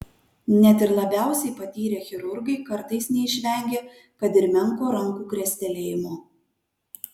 net ir labiausiai patyrę chirurgai kartais neišvengia kad ir menko rankų krestelėjimo